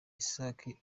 isake